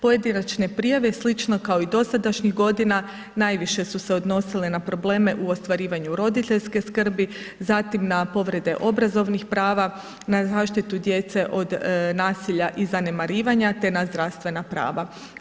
Pojedinačne prijave slično kao i dosadašnjih godina najviše su se odnosile na probleme u ostvarivanju roditeljske skrbi, zatim na povrede obrazovnih prava, na zaštitu djece od nasilja i zanemarivanje te na zdravstvena prava.